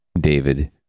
David